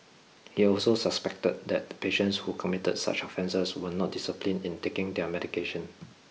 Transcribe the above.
he also suspected that patients who committed such offences were not disciplined in taking their medication